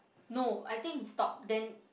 no I think he stop then